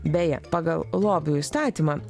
beje pagal lobių įstatymą